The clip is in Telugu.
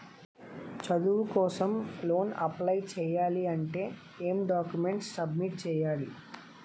చదువు కోసం లోన్ అప్లయ్ చేయాలి అంటే ఎం డాక్యుమెంట్స్ సబ్మిట్ చేయాలి?